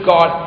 God